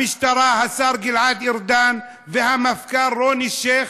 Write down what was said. המשטרה, השר גלעד ארדן והמפכ"ל רוני אלשיך,